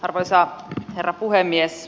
arvoisa herra puhemies